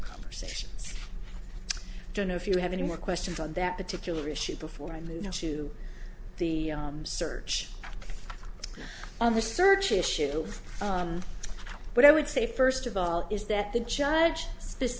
conversation i don't know if you have any more questions on that particular issue before i move to the search on the search issue but i would say first of all is that the judge